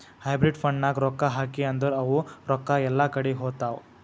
hybrid ಫಂಡ್ನಾಗ್ ರೊಕ್ಕಾ ಹಾಕಿ ಅಂದುರ್ ಅವು ರೊಕ್ಕಾ ಎಲ್ಲಾ ಕಡಿ ಹೋತ್ತಾವ್